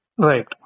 Right